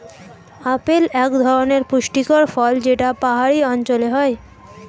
apple এক ধরনের পুষ্টিকর ফল যেটা পাহাড়ি অঞ্চলে হয়